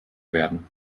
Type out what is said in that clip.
werden